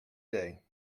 day